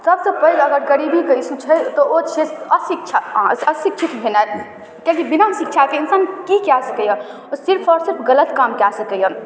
सबसँ पैघ अगर गरीबीके इश्यू छै तऽ ओ छिए अशिक्षा आशिक्षित भेनाइ कियाकि बिना शिक्षाके इन्सान कि कऽ सकैए ओ सिर्फ आओर सिर्फ गलत काम कऽ सकैए